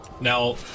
now